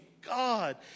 God